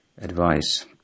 advice